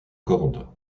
cordes